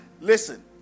Listen